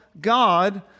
God